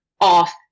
off